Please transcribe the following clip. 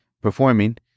performing